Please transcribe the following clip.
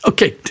Okay